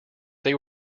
they